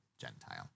Gentile